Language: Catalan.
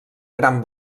gran